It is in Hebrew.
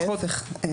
להיפך.